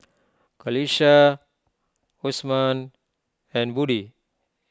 Qalisha Osman and Budi